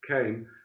came